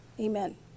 amen